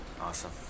Awesome